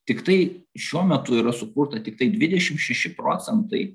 tiktai šiuo metu yra sukurta tiktai dvidešim šeši procentai